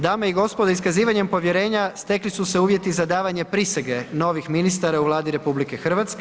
Dame i gospodo, iskazivanjem povjerenja stekli su se uvjeti za davanje prisege novih ministara u Vladi RH.